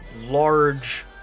large